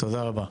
תודה רבה.